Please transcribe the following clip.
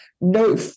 no